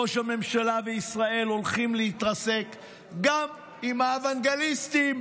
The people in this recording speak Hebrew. ראש הממשלה וישראל הולכים להתרסק גם עם האוונגליסטים,